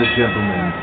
gentlemen